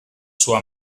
sua